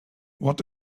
what